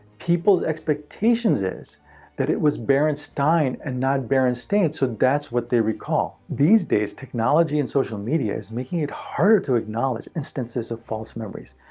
people's expectation is is that it was barenstein and not barenstain, so that's what they recall. these days, technology and social media is making it harder to acknowledge instances of false memories.